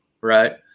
right